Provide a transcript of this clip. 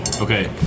Okay